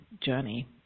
journey